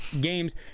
games